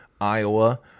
Iowa